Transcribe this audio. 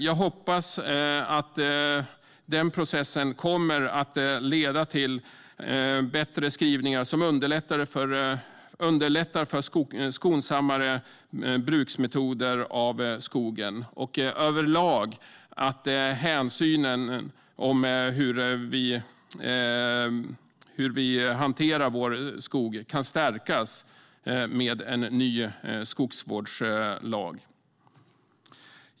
Jag hoppas att den processen kommer att leda till bättre skrivningar som underlättar för skonsammare skogsbruksmetoder. Överlag hoppas jag att hänsynen i hanteringen av vår skog kan stärkas med en ny skogsvårdslag.